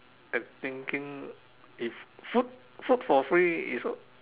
I thinking if food food for free is